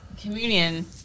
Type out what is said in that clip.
communion